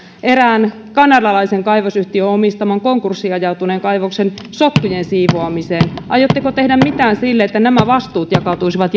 erään kanadalaisen kaivosyhtiön omistaman konkurssiin ajautuneen kaivoksen sotkujen siivoamiseen aiotteko tehdä mitään sille että nämä vastuut jakautuisivat